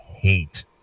hate